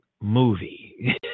movie